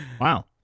Wow